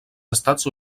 estats